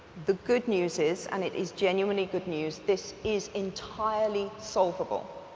the good news is and it is genuinely good news this is entirely solvable.